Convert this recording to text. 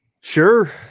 sure